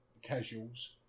casuals